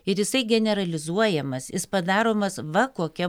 ir jisai generalizuojamas jis padaromas va kokia